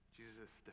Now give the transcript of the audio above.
Jesus